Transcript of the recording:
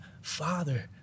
Father